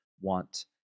want